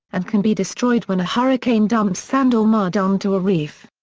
and can be destroyed when a hurricane dumps sand or mud onto a reef.